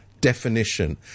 definition